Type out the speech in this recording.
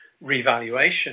revaluation